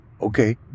Okay